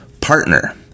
partner